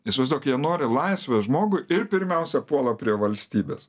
įsivaizduok jie nori laisvės žmogui ir pirmiausia puola prie valstybės